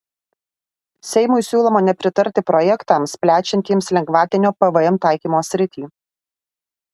seimui siūloma nepritarti projektams plečiantiems lengvatinio pvm taikymo sritį